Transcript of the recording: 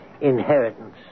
inheritance